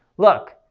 look,